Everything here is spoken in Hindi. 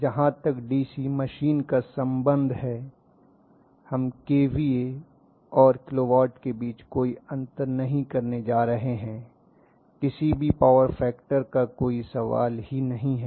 जहां तक डीसी मशीन का संबंध है हम केवीए और किलोवाट के बीच कोई अंतर नहीं करने जा रहे हैं किसी भी पावर फैक्टर का कोई सवाल ही नहीं है